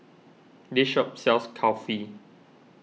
this shop sells Kulfi